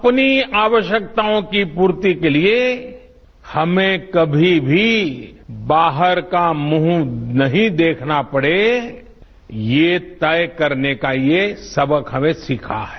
अपनी आवश्यकताओं की पूर्ति के लिए हमें कमी भी बाहर का मुंह नहीं देखना पड़े ये तय करने का ये सबक हमने सीखा है